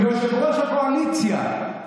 יושב-ראש הקואליציה,